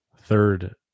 third